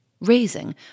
raising